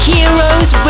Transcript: Heroes